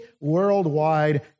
worldwide